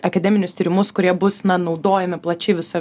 akademinius tyrimus kurie bus na naudojami plačiai visoj